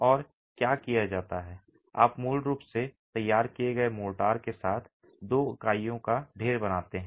और क्या किया जाता है आप मूल रूप से तैयार किए गए मोर्टार के साथ दो इकाइयों का ढेर बनाते हैं